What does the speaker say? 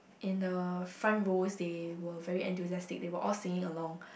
in the front rows they were very enthusiastic they were all singing along